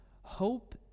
Hope